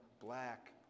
black